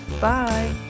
Bye